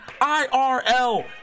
IRL